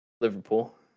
Liverpool